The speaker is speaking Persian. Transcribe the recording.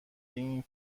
این